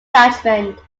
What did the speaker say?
judgment